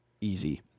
easy